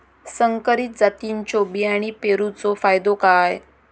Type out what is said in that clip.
संकरित जातींच्यो बियाणी पेरूचो फायदो काय?